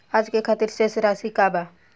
आज के खातिर शेष राशि का बा?